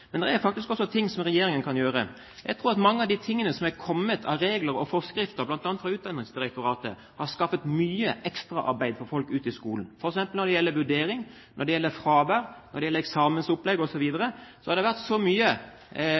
men det er faktisk også ting regjeringen kan gjøre. Jeg tror at mye av det som er kommet av regler og forskrifter, bl.a. fra Utdanningsdirektoratet, har skaffet mye ekstraarbeid for folk ute i skolen. Når det f.eks. gjelder vurdering, når det gjelder fravær, når det gjelder eksamensopplegg osv, har det vært mye